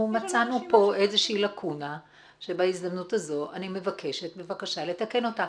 מצאנו פה איזושהי לאקונה שבהזדמנות הזו אני מבקשת בבקשה לתקן אותה.